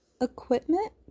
equipment